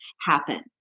happen